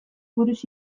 buruz